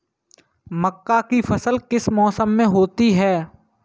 मक्का की फसल किस मौसम में होती है?